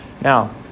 Now